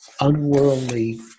unworldly